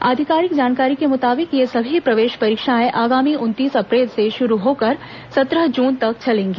आधिकारिक जानकारी के मुताबिक ये सभी प्रवेश परीक्षाएं आगामी उनतीस अप्रैल से शुरू होकर सत्रह जून तक चलेंगी